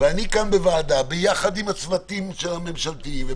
יחד עם הצוותים הממשלתיים,